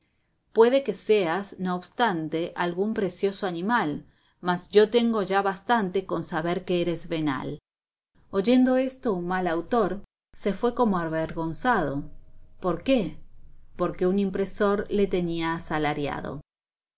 puede que seas no obstante algún precioso animal mas yo tengo ya bastante con saber que eres venal oyendo esto un mal autor se fué como avergonzado por qué porque un impresor le tenía asalariado